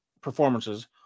performances